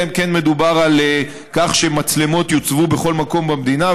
אלא אם כן מדובר על כך שמצלמות יוצבו בכל מקום במדינה,